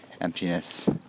emptiness